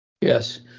Yes